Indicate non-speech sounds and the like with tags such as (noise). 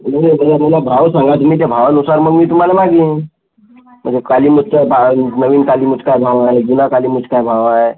तुम्ही (unintelligible) मला भाव सांगा तुम्ही त्या भावानुसार मग मी तुम्हाला मागवीन म्हणजे काली मिर्च भाव नवीन काली मिर्च काय भाव आहे जुना काली मिर्चचा काय भाव आहे